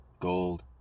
gold